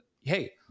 Hey